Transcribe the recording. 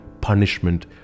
punishment